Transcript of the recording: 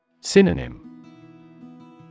Synonym